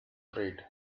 trade